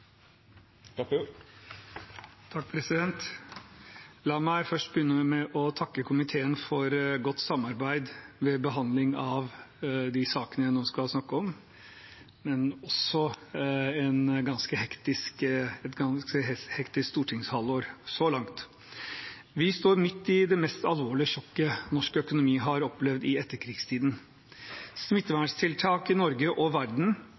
La meg få begynne med å takke komiteen for et godt samarbeid ved behandlingen av de sakene jeg nå skal snakke om, men også et ganske hektisk stortingshalvår så langt. Vi står midt i det mest alvorlige sjokket norsk økonomi har opplevd i etterkrigstiden. Smittevernstiltak i Norge og